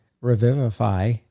revivify